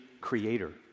creator